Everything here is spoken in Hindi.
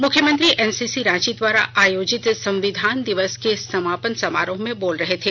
मुख्यमंत्री एनसीसी रांची द्वारा आयोजित संविधान दिवस के समापन समारोह में बोल रहे थे